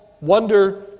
wonder